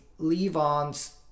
Levon's